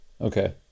Okay